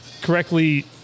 correctly